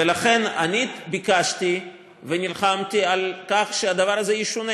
ולכן אני ביקשתי ונלחמתי על כך שהדבר הזה ישונה